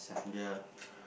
ya